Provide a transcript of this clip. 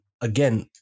again